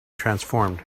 transformed